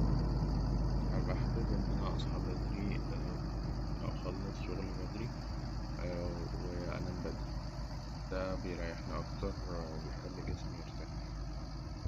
هأبقى حابب إن أنا أصحى بدري وأخلص شغل بدري، وأنام بدري. ده بيريحني أكتر وبيخلي جسمي يرتاح.